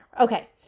Okay